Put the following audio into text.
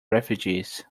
refugees